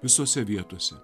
visose vietose